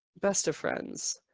best of friends.